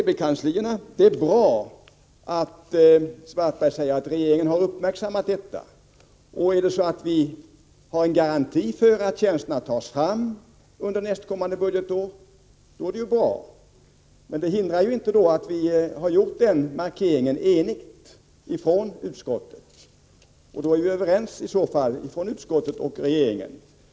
Det är bra att Karl-Erik Svartberg säger att regeringen har uppmärksammat problemen med CB-kanslierna. Har vi en garanti för att tjänsterna tas fram till nästkommande budgetår, är ju allt gott och väl. Men det hindrar inte att utskottet gör en enig markering. Då är ju utskott och regering överens.